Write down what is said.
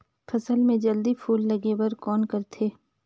फसल मे जल्दी फूल लगे बर कौन करथे?